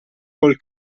col